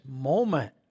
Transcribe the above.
moment